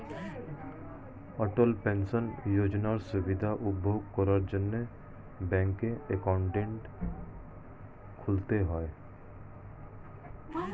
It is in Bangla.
অটল পেনশন যোজনার সুবিধা উপভোগ করার জন্যে ব্যাংকে অ্যাকাউন্ট খুলতে হয়